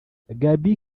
gaby